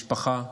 משפחה,